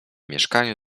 mieszkaniu